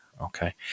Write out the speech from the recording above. Okay